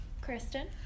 Kristen